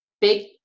Big